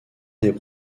des